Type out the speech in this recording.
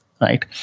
right